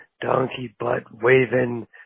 donkey-butt-waving